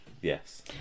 Yes